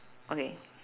okay